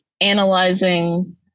analyzing